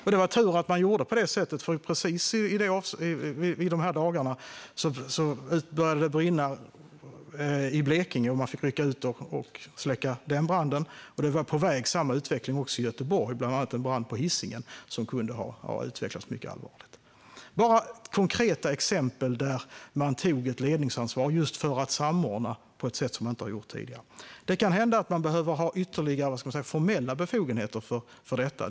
Och det var tur att man gjorde på det sättet, för precis de dagarna började det brinna i Blekinge där man fick rycka ut och släcka branden. Samma utveckling var på väg i Göteborg. Bland annat en brand på Hisingen kunde ha utvecklats mycket allvarligt. Detta är konkreta exempel på hur de tog ett ledningsansvar genom att samordna på ett sätt som de inte har gjort tidigare. Det kan hända att man behöver ge dem ytterligare formella befogenheter för detta.